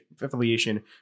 affiliation